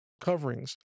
coverings